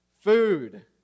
food